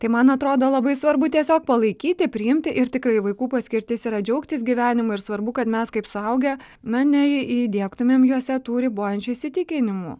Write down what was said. tai man atrodo labai svarbu tiesiog palaikyti priimti ir tikrai vaikų paskirtis yra džiaugtis gyvenimu ir svarbu kad mes kaip suaugę na ne įdiegtumėm juose tų ribojančių įsitikinimų